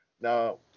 Now